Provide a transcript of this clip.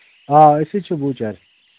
آ أسی چھِ بوٗچر